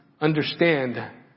understand